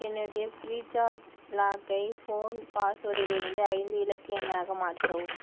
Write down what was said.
என்னுடைய free charge லாக்கை phone பாஸ்வேர்டிலிருந்து ஐந்து இலக்கு எண்ணாக மாற்றவும்